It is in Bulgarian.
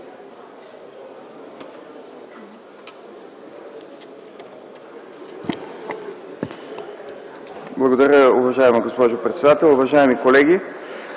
Благодаря, уважаема госпожо председател. Уважаеми колеги!